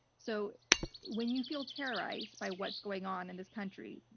so when you feel terrorized by what's going on in this country,